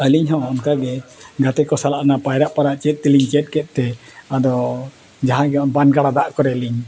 ᱟᱹᱞᱤᱧ ᱦᱚᱸ ᱚᱱᱠᱟ ᱜᱮ ᱜᱟᱛᱮ ᱠᱚ ᱥᱟᱞᱟᱜ ᱚᱱᱟ ᱯᱟᱭᱨᱟᱜ ᱯᱟᱨᱟ ᱪᱮᱫ ᱛᱮᱞᱤᱧ ᱪᱮᱫ ᱠᱮᱫ ᱛᱮ ᱟᱫᱚ ᱡᱟᱦᱟᱸ ᱜᱮ ᱵᱟᱱᱜᱟᱰᱟ ᱫᱟᱜ ᱠᱚᱨᱮ ᱞᱤᱧ